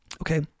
Okay